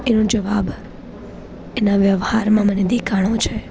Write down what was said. એનો જવાબ એના વ્યવહારમાં મને દેખાણો છે